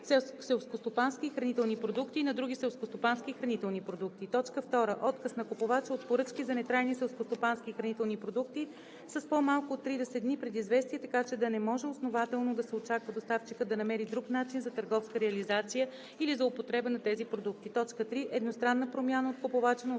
селскостопански и хранителни продукти и на други селскостопански и хранителни продукти; 2. отказ на купувача от поръчки за нетрайни селскостопански и хранителни продукти с по-малко от 30 дни предизвестие, така че да не може основателно да се очаква доставчикът да намери друг начин за търговска реализация или за употреба на тези продукти; 3. едностранна промяна от купувача на